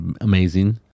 amazing